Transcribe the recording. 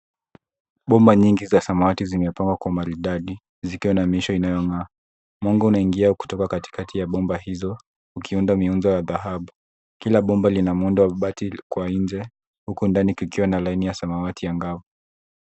Bomba nyingi za samawati zimepangwa kwa maridadi zikiwa na misho inayong'aa. Mwanga unaingia kutoka katikati ya bomba hizo ukiunda miundo ya dhahabu. Kila bomba lina muundo wa bati kwa nje, huku ndani kukiwa na laini ya samawati angavu.